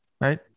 right